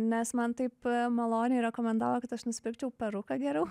nes man taip maloniai rekomendavo kad aš nusipirkčiau peruką geriau